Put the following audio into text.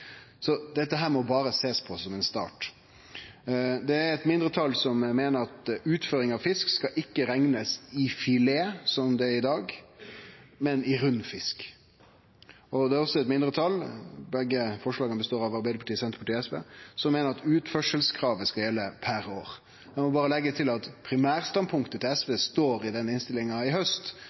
så mykje på grensepasseringa i Nordland. Dette må ein berre sjå på som ein start. Det er eit mindretal som meiner at utføringa av fisk ikkje skal reknast i filet som i dag, men i rund fisk. Det er også eit mindretal – Arbeidarpartiet, Senterpartiet og SV står bak begge forslaga – som meiner at utførselskravet skal gjelde per år. No må eg få leggje til at primærstandpunktet til SV står i ei innstilling frå i haust,